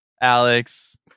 Alex